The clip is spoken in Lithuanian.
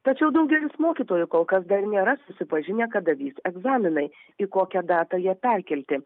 tačiau daugelis mokytojų kol kas dar nėra susipažinę kada vyks egzaminai į kokią datą jie perkelti